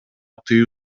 тыюу